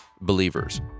believers